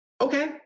okay